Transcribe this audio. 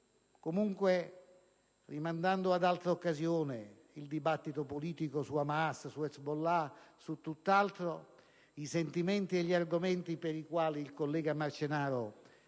Comunque, rimandando ad altra occasione il dibattito politico su Hamas, Hezbollah e tutt'altro, i sentimenti e gli argomenti per i quali il collega Marcenaro ha